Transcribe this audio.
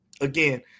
again